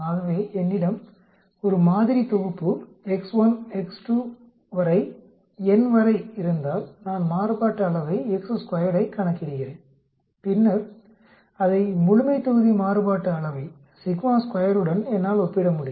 ஆகவே என்னிடம் ஒரு மாதிரி தொகுப்பு x1 x2 வரை n வரை இருந்தால் நான் மாறுபாட்டு அளவை x2 வை கணக்கிடுகிறேன் பின்னர் அதை முழுமைத்தொகுதி மாறுபாட்டு அளவை σ2யுடன் என்னால் ஒப்பிட முடியும்